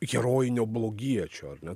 herojinio blogiečio ar ne